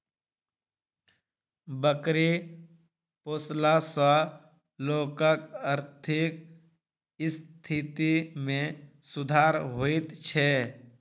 बकरी पोसला सॅ लोकक आर्थिक स्थिति मे सुधार होइत छै